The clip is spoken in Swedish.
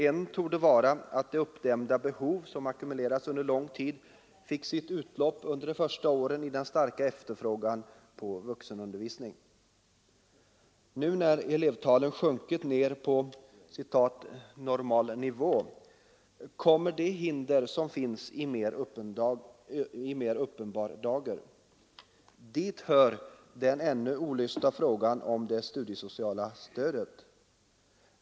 En torde vara att det uppdämda behov som ackumulerats under lång tid fick sitt utlopp under de första åren i den starka efterfrågan på vuxenundervisning. Nu när elevtalen sjunkit ner på ”normal nivå” kommer de hinder som finns i mer uppenbar dager. Dit hör den ännu olösta frågan om det studiesociala stödet.